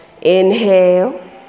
Inhale